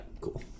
cool